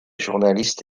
journaliste